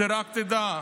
רק שתדע,